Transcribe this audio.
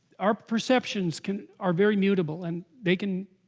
our perceptions can are very mutable and they can,